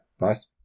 Nice